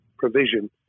provision